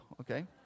okay